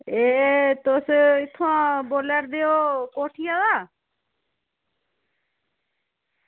एह् तुस इत्थां बोल्ला करदे ओ कोठियै दा